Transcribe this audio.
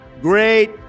great